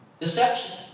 Deception